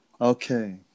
Okay